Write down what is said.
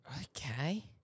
Okay